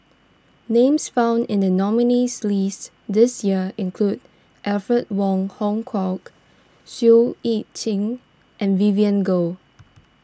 names found in the nominees' list this year include Alfred Wong Hong Kwok Seow Yit Qin and Vivien Goh